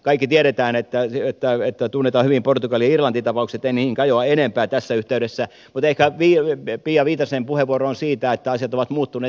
kaikki tiedämme ja tunnemme hyvin portugali ja irlanti tapaukset en niihin kajoa enempää tässä yhteydessä mutta ehkä pia viitasen puheenvuoroon siitä että asiat ovat muuttuneet